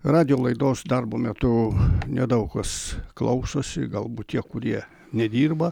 radijo laidos darbo metu nedaug kas klausosi galbūt tie kurie nedirba